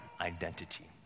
identity